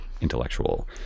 intellectual